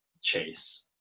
chase